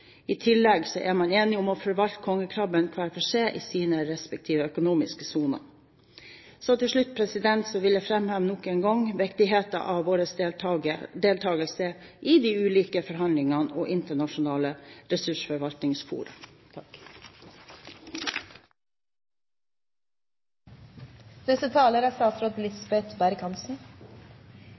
I tillegg er man enig om å forvalte kongekrabben hver for seg i sine respektive økonomiske soner. Til slutt vil jeg framheve nok en gang viktigheten av vår deltakelse i de ulike forhandlinger og internasjonale ressursforvaltningsfora. La meg først få uttrykke stor glede over en komité som er